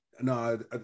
No